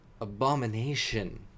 abomination